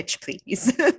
please